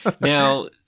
Now